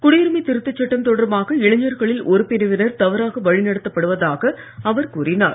குடியுரிமை திருத்தச் சட்டம் தொடர்பாக இளைஞர்களில் ஒரு பிரிவினர் தவறாக வழிநடத்தப்படுவதாக அவர் கூறினார்